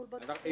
לתפיסה.